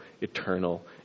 eternal